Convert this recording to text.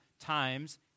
times